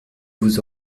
vous